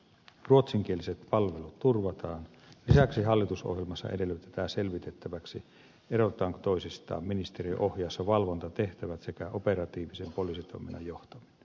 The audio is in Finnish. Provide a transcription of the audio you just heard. ruotsinkieliset palvelut turvataan ja lisäksi hallitusohjelmassa edellytetään selvitettäväksi erotetaanko toisistaan ministeriön ohjaus ja valvontatehtävät sekä operatiivisen poliisitoiminnan johto